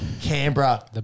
Canberra